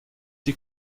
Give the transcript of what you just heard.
die